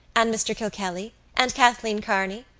and mr. kilkelly and kathleen kearney.